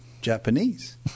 Japanese